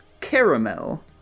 caramel